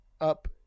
up